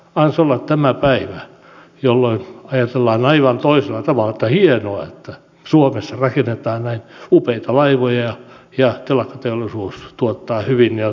annas olla tämä päivä jolloin ajatellaan aivan toisella tavalla että hienoa että suomessa rakennetaan näin upeita laivoja ja telakkateollisuus tuottaa hyvin ja tarjoaa työtä